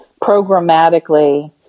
programmatically